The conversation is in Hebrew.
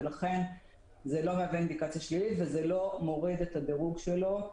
ולכן זה לא מהווה אינדיקציה שלילית וזה לא מוריד את הדירוג שלו,